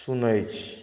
सुनै छी